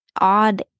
odd